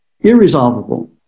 irresolvable